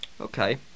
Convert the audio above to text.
Okay